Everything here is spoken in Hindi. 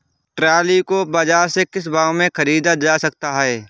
ट्रॉली को बाजार से किस भाव में ख़रीदा जा सकता है?